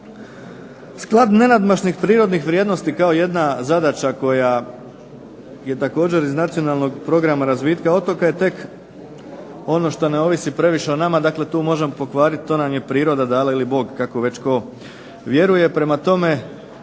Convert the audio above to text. Sklad nenadmašnih prirodnih vrijednosti kao jedna zadaća koja je također iz nacionalnog programa razvitka otoka je tek ono što ne ovisi previše o nama, dakle tu možemo pokvariti to nam je priroda dala ili Bog kako već tko vjeruje. Prema tome,